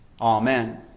Amen